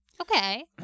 Okay